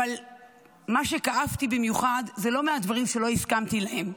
אבל מה שכאב לי במיוחד זה לא מהדברים שלא הסכמתי עימם,